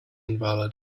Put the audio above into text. invalid